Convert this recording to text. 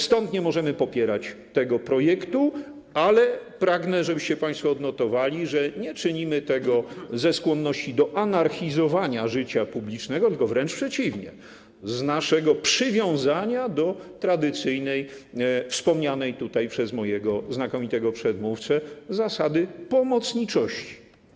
Stąd nie możemy popierać tego projektu, ale pragnę, żebyście państwo odnotowali, że nie czynimy tego ze skłonności do anarchizowania życia publicznego, tylko wręcz przeciwnie: z powodu naszego przywiązania do tradycyjnej, wspomnianej tutaj przez mojego znakomitego przedmówcę, zasady pomocniczości.